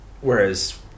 whereas